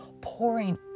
pouring